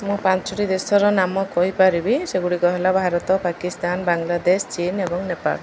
ମୁଁ ପାଞ୍ଚଟି ଦେଶର ନାମ କହିପାରିବି ସେଗୁଡ଼ିକ ହେଲା ଭାରତ ପାକିସ୍ତାନ ବାଂଲାଦେଶ ଚୀନ୍ ଏବଂ ନେପାଳ